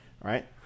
right